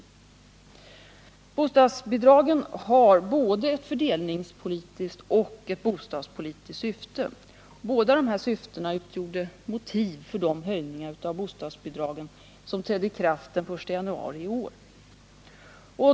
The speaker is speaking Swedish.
Bostadsbidragen har både ett fördelningspolitiskt och ett bostadspolitiskt syfte. Båda dessa syften utgjorde motiv för de höjningar av bostadsbidragen som trädde i kraft den 1 januari i år.